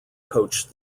coached